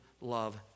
love